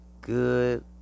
good